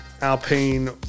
Alpine